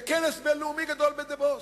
בכנס בין-לאומי גדול בדבוס.